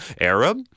Arab